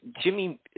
Jimmy